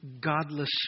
godless